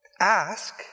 Ask